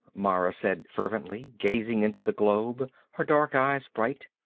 mara said fervently, gazing into the globe, her dark eyes bright.